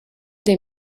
des